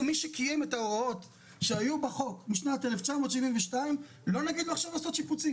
מרבית הרשויות המקומיות שאינן נמצאות באיתנות תקציבית